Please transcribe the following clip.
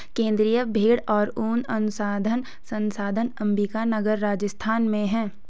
केन्द्रीय भेंड़ और ऊन अनुसंधान संस्थान अम्बिका नगर, राजस्थान में है